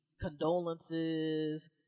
condolences